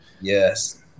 Yes